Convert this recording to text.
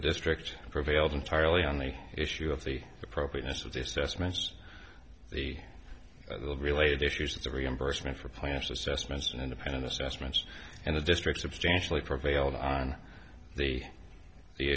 district prevailed entirely on the issue of the appropriateness of the assessments the little related issues the reimbursement for plans assessments and independent assessments and the district substantially prevailed on the